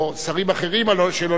או שרים אחרים שלא